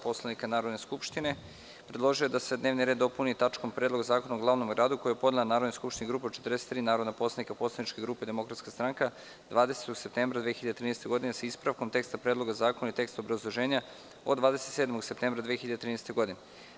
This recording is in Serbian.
Poslovnika Narodne skupštine, predložio je da se dnevni red dopuni tačkom - Predloga zakona o glavnom gradu, koji je Narodnoj skupštini podnela grupa od 43 narodna poslanika poslaničke grupe DS 20. septembra 2013. godine, sa ispravkom teksta Predloga zakona i teksta obrazloženja od 27. septembra 2013. godine.